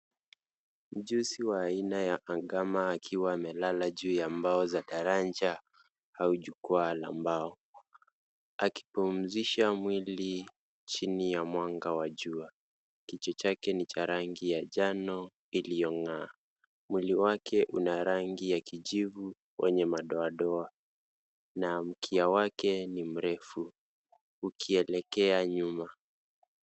Mjusi wa aina ya agama akiwa amelala juu ya mbao za daraja au jukwaa la mbao akipumzisha mwili chini ya mwanga wa jua. Kichwa chake ni cha rangi ya njano iliyong'aa. Mwili wake una rangi ya kijivu wenye madoadoa na mkia wake ni mrefu ukielekea nyuma.